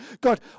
God